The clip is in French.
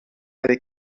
avec